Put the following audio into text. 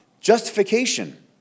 Justification